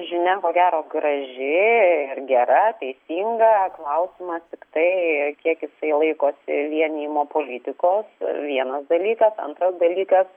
žinia ko gero graži ir gera teisinga klausimas tiktai kiek jisai laikosi vienijimo politikos vienas dalykas antras dalykas